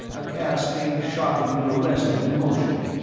a cascade shockingly arrested in motion.